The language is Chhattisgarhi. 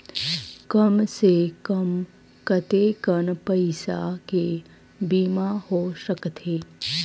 कम से कम कतेकन पईसा के बीमा हो सकथे?